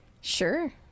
Sure